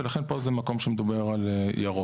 פה זה המקום שמדבר על ירוק.